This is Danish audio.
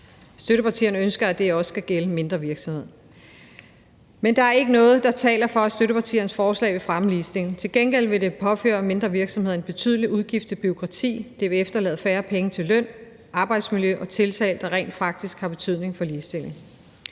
Støttepartierne ønsker, at det også skal gælde mindre virksomheder. Men der er ikke noget, der taler for, at støttepartiernes forslag vil fremme ligestilling. Til gengæld vil det påføre mindre virksomheder en betydelig udgift til bureaukrati. Det vil efterlade færre penge til løn, arbejdsmiljø og tiltag, der rent faktisk har betydning for ligestilling.